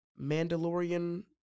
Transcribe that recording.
Mandalorian